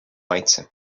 maitse